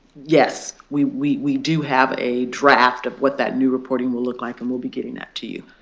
yes, we we do have a draft of what that new reporting will look like and we'll be getting that to you.